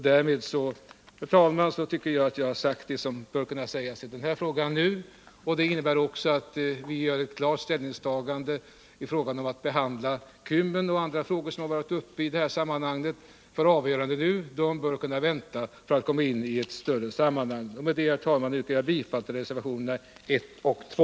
Därmed, herr talman, tycker jag att jag har sagt det som bör sägas i denna fråga. Det innebär att vi tar ett klart ställningstagande i fråga om behandlingen av Kymmen och andra frågor som varit uppe i detta sammanhang. Dessa frågor bör kunna vänta för att tas upp i ett större sammanhang. Med detta, herr talman, yrkar jag bifall till reservationerna 1 och 2.